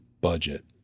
budget